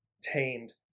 tamed